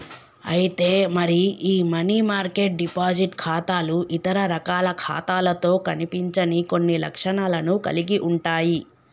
అయితే మరి ఈ మనీ మార్కెట్ డిపాజిట్ ఖాతాలు ఇతర రకాల ఖాతాలతో కనిపించని కొన్ని లక్షణాలను కలిగి ఉంటాయి